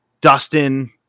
Dustin